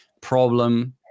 Problem